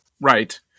Right